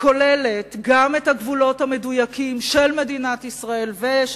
שכוללת את הגבולות המדויקים של מדינת ישראל ושל